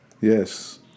yes